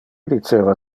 diceva